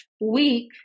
week